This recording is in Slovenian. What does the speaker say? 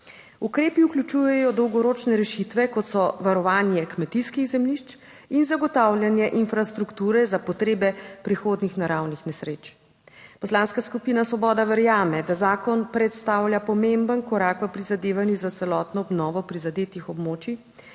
Ukrepi vključujejo dolgoročne rešitve, kot so varovanje kmetijskih zemljišč in zagotavljanje infrastrukture za potrebe prihodnjih naravnih nesreč. Poslanska skupina Svoboda verjame, da zakon predstavlja pomemben korak v prizadevanjih za celotno obnovo prizadetih območij